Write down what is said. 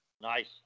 Nice